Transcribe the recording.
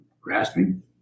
grasping